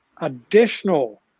additional